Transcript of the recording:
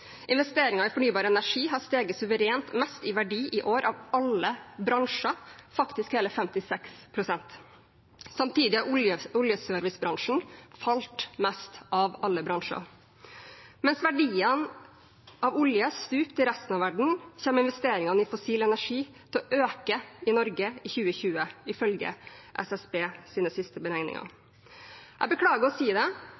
Investeringer i fornybar energi har steget suverent mest i verdi i år av alle bransjer, faktisk hele 56 pst. Samtidig har oljeservicebransjen falt mest av alle bransjer. Mens verdiene av olje stupte i resten av verden, kommer investeringene i fossil energi til å øke i Norge i 2020, ifølge SSBs siste